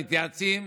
מתייעצים,